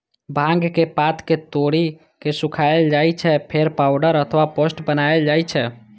भांगक पात कें तोड़ि के सुखाएल जाइ छै, फेर पाउडर अथवा पेस्ट बनाएल जाइ छै